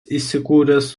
įsikūręs